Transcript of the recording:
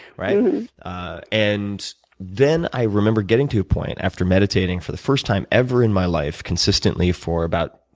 ah and then i remembered getting to a point, after meditating for the first time ever in my life consistently for about,